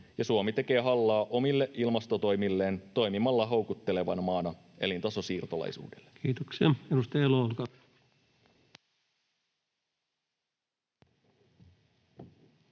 Suomi tekee hallaa omille ilmastotoimilleen toimimalla houkuttelevana maana elintasosiirtolaisuudelle. [Speech 86] Speaker: